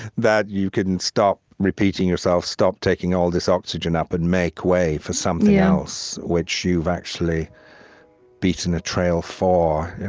that you can stop repeating yourself, stop taking all this oxygen up and make way for something else, which you've actually beaten a trail for. and